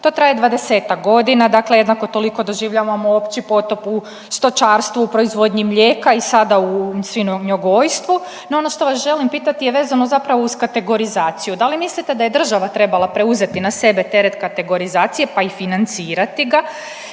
To traje dvadesetak godina, dakle jednako toliko doživljavamo opći potop u stočarstvu, u proizvodnji mlijeka i sada u svinjogojstvu. No, ono što vas želim pitati je vezano zapravo uz kategorizaciju. Da li mislite da je država trebala preuzeti na sebe teret kategorizacije, pa i financirati ga?